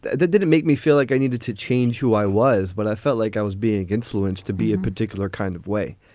that that didn't make me feel like i needed to change who i was, but i felt like i was being influenced to be a particular kind of way.